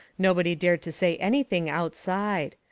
nobody dared to say anything outside.